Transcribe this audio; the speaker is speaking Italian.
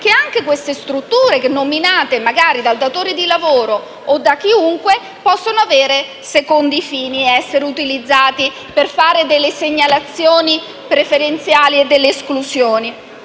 che anche queste strutture, nominate magari dal datore di lavoro o da chiunque, possano avere secondi fini o essere utilizzate per fare segnalazioni preferenziali e delle esclusioni.